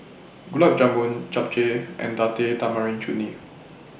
Gulab Jamun Japchae and Date Tamarind Chutney